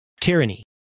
tyranny